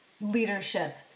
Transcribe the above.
leadership